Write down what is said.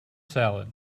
salad